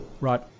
Right